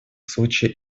случая